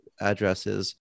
addresses